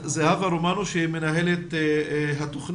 זהבה רומנו שהיא מנהלת התוכנית,